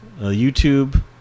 YouTube